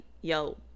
yo